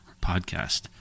podcast